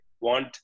want